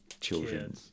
children